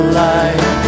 life